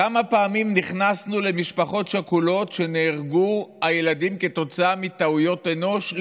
כמה פעמים נכנסנו למשפחות שכולות שנהרגו בהן ילדים כתוצאה מטעויות אנוש,